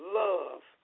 love